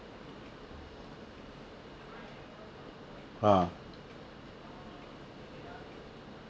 uh